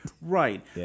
Right